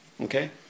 Okay